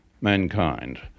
mankind